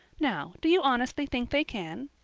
now, do you honestly think they can?